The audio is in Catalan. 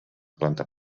planta